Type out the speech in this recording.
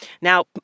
Now